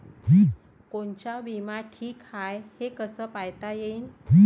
कोनचा बिमा ठीक हाय, हे कस पायता येईन?